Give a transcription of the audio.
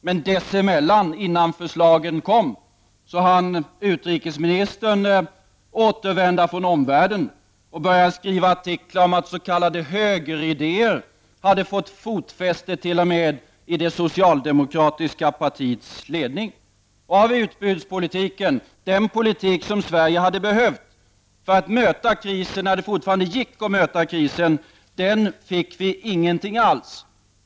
Men dessförinnan, innan förslagen kom, hann utrikesministern återvända från omvärlden och skriva artiklar om att s.k. högeridéer hade fått fotfäste t.o.m. i det socialdemokratiska partiets ledning. Av utbudspolitik, den politik som Sverige hade behövt för att möta krisen när det fortfarande gick, fick vi ingenting alls.